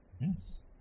Yes